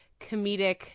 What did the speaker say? comedic